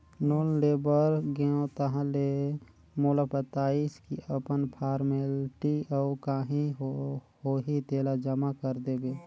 loan ले बर गेंव ताहले मोला बताइस की अपन फारमेलटी अउ काही होही तेला जमा कर देबे